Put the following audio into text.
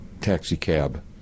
taxicab